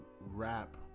rap